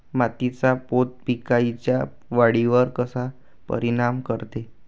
मातीचा पोत पिकाईच्या वाढीवर कसा परिनाम करते?